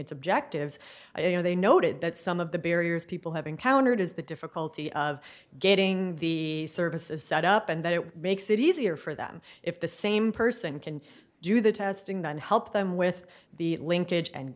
its objectives you know they noted that some of the barriers people have encountered is the difficulty of getting the services set up and that it makes it easier for them if the same person can do the testing then help them with the linkage and